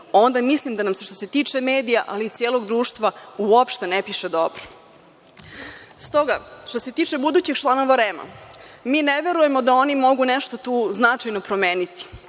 onda mislim da nam se, što se tiče medija, ali i celog društva, uopšte ne piše dobro. Stoga, što se tiče budućih članova REM, mi ne verujemo da oni mogu nešto tu značajno promeniti